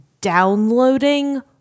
downloading